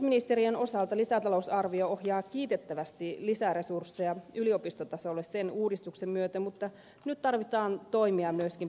opetusministeriön osalta lisätalousarvio ohjaa kiitettävästi lisäresursseja yliopistotasolle sen uudistuksen myötä mutta nyt tarvitaan toimia myöskin perusopetuksen tasolla